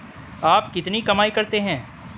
आप कितनी कमाई करते हैं?